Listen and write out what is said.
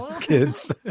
kids